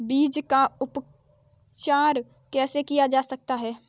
बीज का उपचार कैसे किया जा सकता है?